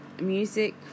music